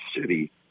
city